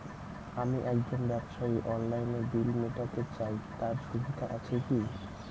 আমি একজন ব্যবসায়ী অনলাইনে বিল মিটাতে চাই তার সুবিধা আছে কি?